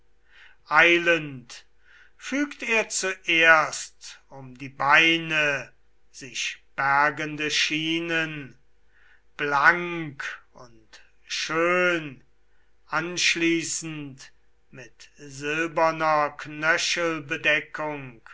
eilend fügt er zuerst um die beine sich bergende schienen blank und schön anschließend mit silberner